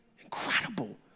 Incredible